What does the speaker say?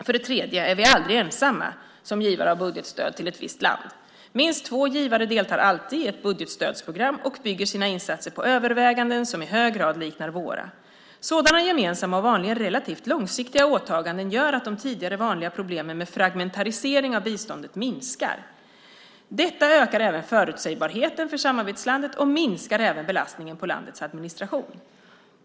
För det tredje är vi aldrig ensamma som givare av budgetstöd till ett visst land. Minst två givare deltar alltid i ett budgetstödsprogram och bygger sina insatser på överväganden som i hög grad liknar våra. Sådana gemensamma och vanligen relativt långsiktiga åtaganden gör att de tidigare vanliga problemen med fragmentering av biståndet minskar. Detta ökar även förutsägbarheten för samarbetslandet och minskar även belastningen på landets administration.